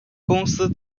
公司